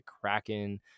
Kraken